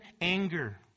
anger